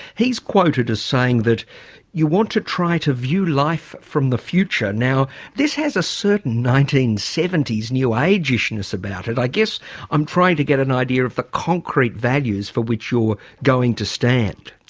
he's quoted as saying that you want to try to view life from the future. now this has a certain nineteen seventy s, new age-ishness about it. i guess i'm trying to get an idea of the concrete values for which you're going to stand.